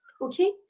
Okay